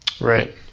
Right